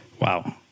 Wow